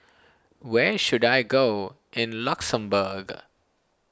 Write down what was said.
where should I go in Luxembourg